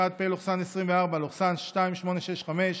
2021, פ/2865/24,